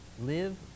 live